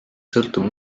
sõltub